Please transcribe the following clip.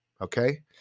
okay